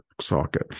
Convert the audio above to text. socket